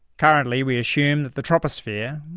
currently we assume that the troposphere,